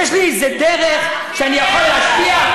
יש לי איזה דרך שאני יכול להשפיע?